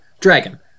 dragon